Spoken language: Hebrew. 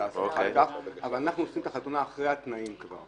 אבל אנחנו עושים את החתונה אחרי התנאים,